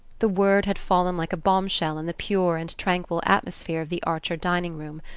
the word had fallen like a bombshell in the pure and tranquil atmosphere of the archer dining-room.